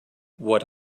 what